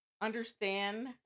understand